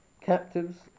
captives